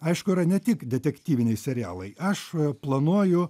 aišku yra ne tik detektyviniai serialai aš planuoju